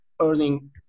earning